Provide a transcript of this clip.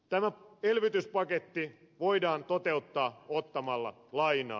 tämä elvytyspaketti voidaan toteuttaa ottamalla lainaa